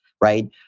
right